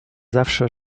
zawsze